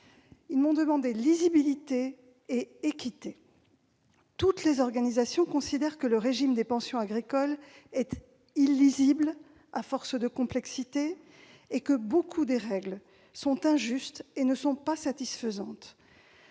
il faut de la lisibilité et de l'équité. Toutes les organisations considèrent que le régime des pensions agricoles est illisible à force de complexité, et que beaucoup de règles sont injustes et insatisfaisantes.